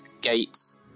gates